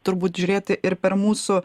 turbūt žiūrėti ir per mūsų